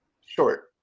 short